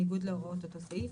בניגוד להוראות אותו סעיף.